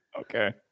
okay